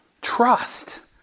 trust